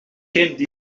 geen